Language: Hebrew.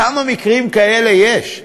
כמה מקרים כאלה יש?